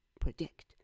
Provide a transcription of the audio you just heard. predict